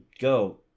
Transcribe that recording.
go